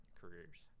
careers